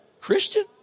Christian